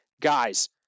guys